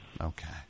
Okay